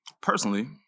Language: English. Personally